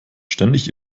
ständig